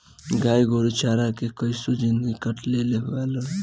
गाय गोरु चारा के कइसो जिन्दगी काट लेवे ला लोग